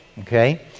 okay